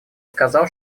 сказал